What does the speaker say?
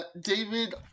David